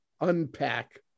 unpack